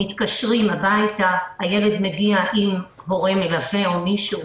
מתקשרים הביתה, הילד מגיע עם הורה מלווה או מישהו